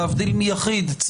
להבדיל מיחיד,